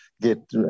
get